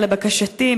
לבקשתי,